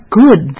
good